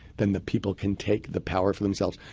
then the people can take the power for themselves.